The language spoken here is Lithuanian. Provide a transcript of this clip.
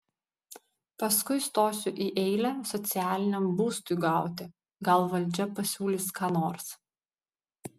paskui stosiu į eilę socialiniam būstui gauti gal valdžia pasiūlys ką nors